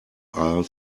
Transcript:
are